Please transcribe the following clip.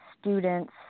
students